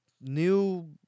new